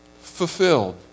fulfilled